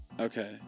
Okay